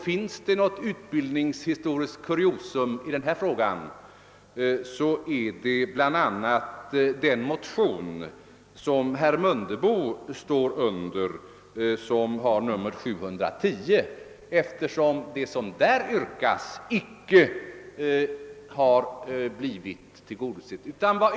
Finns det något utbildningshistoriskt kuriosum i den här frågan, så är det enligt min mening den motion II:710 som herr Mundebos namn står under, eftersom det som där yrkas inte har blivit tillgodosett.